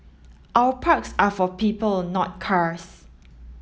our parks are for people not cars